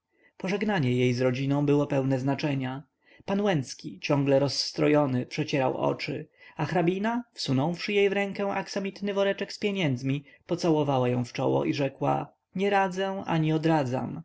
pożegnanie jej z rodziną było pełne znaczenia pan łęcki ciągle rozstrojony przecierał oczy a hrabina wsunąwszy jej w rękę aksamitny woreczek z pieniędzmi pocałowała ją w czoło i rzekła nie radzę ani odradzam